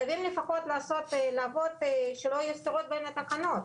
חייבים שלא יהיה סתירות בין התקנות,